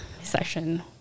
session